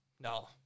No